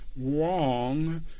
wrong